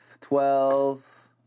twelve